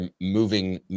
moving